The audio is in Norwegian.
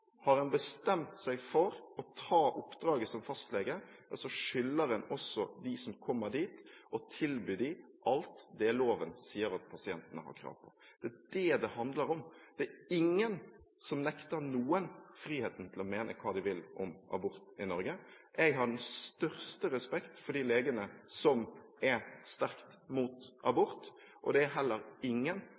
Har en bestemt seg for å ta oppdraget som fastlege, skylder en også dem som kommer dit å tilby dem alt det loven sier at pasientene har krav på. Det er det det handler om. Det er ingen som nekter noen friheten til å mene hva de vil om abort i Norge. Jeg har den største respekt for de legene som er sterkt mot abort, men det er heller ingen